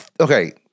okay